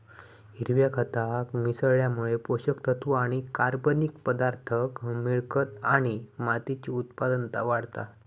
हिरव्या खताक मिसळल्यामुळे पोषक तत्त्व आणि कर्बनिक पदार्थांक मिळतत आणि मातीची उत्पादनता वाढता